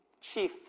chief